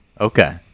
Okay